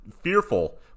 fearful